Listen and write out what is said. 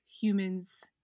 humans